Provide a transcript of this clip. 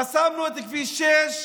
חסמנו את כביש 6,